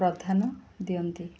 ପ୍ରାଧାନ୍ୟା ଦିଅନ୍ତି